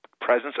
presence